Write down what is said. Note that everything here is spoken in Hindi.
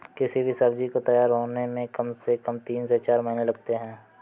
किसी भी सब्जी को तैयार होने में कम से कम तीन से चार महीने लगते हैं